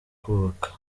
kubaka